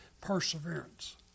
perseverance